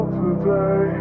today